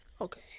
Okay